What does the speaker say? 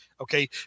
Okay